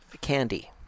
Candy